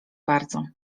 bardzo